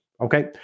Okay